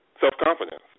self-confidence